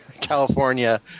California